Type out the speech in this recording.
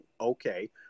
okay